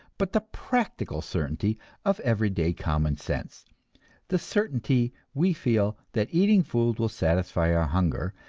but the practical certainty of everyday common sense the certainty we feel that eating food will satisfy our hunger,